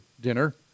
dinner